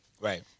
Right